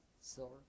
silver